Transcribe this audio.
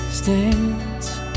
stands